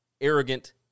arrogant